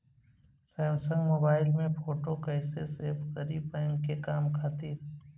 Samsung mobile में photo कैसे save करीं बैंक के काम खातिर?